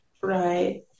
Right